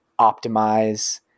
optimize